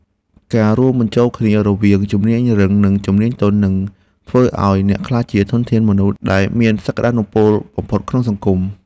ការរួមបញ្ចូលគ្នារវាងជំនាញរឹង និងជំនាញទន់នឹងធ្វើឱ្យអ្នកក្លាយជាធនធានមនុស្សដែលមានសក្ដានុពលបំផុតក្នុងសង្គម។